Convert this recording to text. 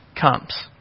comes